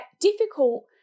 difficult